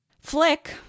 Flick